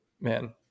man